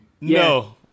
No